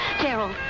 Gerald